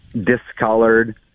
discolored